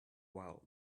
while